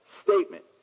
statement